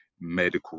medical